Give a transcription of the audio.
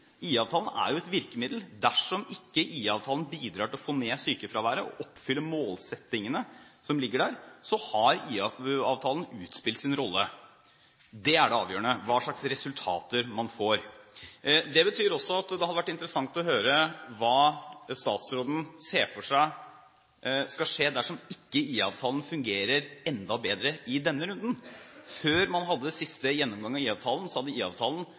er et virkemiddel. Dersom ikke IA-avtalen bidrar til å få ned sykefraværet og oppfylle målsettingene som ligger der, har IA-avtalen utspilt sin rolle. Det avgjørende er hva slags resultater man får. Det betyr også at det hadde vært interessant å høre hva statsråden ser for seg skal skje dersom ikke IA-avtalen fungerer enda bedre i denne runden. Før man hadde siste gjennomgang av